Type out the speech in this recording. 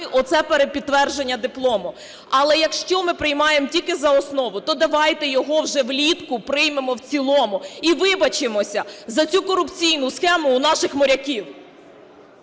оце перепідтвердження диплома. Але якщо ми приймаємо тільки за основу, то давайте його вже влітку приймемо в цілому і вибачимося за цю корупційну схему у наших моряків.